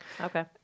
okay